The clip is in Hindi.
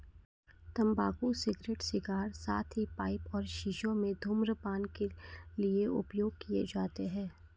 तंबाकू सिगरेट, सिगार, साथ ही पाइप और शीशों में धूम्रपान के लिए उपयोग किए जाते हैं